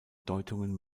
deutungen